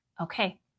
Okay